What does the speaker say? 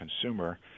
consumer